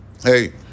hey